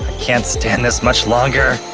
can't stand this much longer,